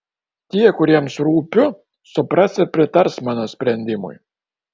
tie kuriems rūpiu supras ir pritars mano sprendimui